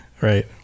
Right